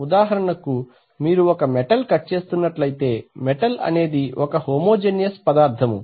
ఉదాహరణకు మీరు ఒక మెటల్ కట్ చేస్తున్నట్లయితే మెటల్ అనేది ఒక హోమోజెనీయస్ పదార్థము